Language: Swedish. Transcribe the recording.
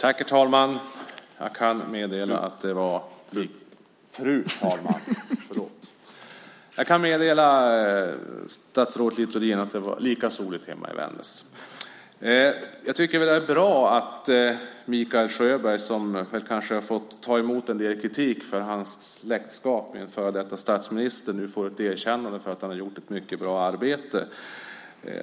Fru talman! Jag kan meddela statsrådet Littorin att det var lika soligt hemma i Vännäs. Jag tycker att det är bra att Mikael Sjöberg, som kanske har fått ta emot en del kritik för sitt släktskap med en före detta statsminister, nu får ett erkännande för att han har gjort ett mycket bra arbete.